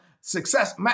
success